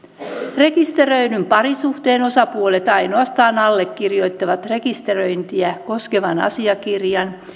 rekisteröidyn parisuhteen osapuolet ainoastaan allekirjoittavat rekisteröintiä koskevan asiakirjan